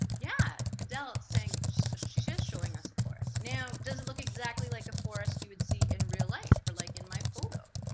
yeah, adele is saying, she's just showing us a forest. now, does it look exactly like a forest you would see in real life or like in my photo?